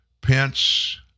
Pence